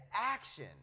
action